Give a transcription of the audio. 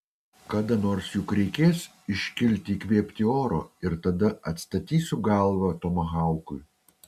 kada nors juk reikės iškilti įkvėpti oro ir tada atstatysiu galvą tomahaukui